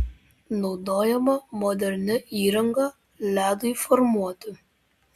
naudojama moderni įranga ledui formuoti